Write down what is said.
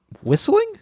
whistling